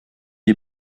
est